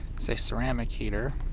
it's a ceramic heater.